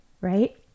right